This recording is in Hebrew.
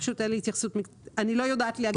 אין לי פשוט התייחסות מקצועית אני לא יודעת להגיד לך.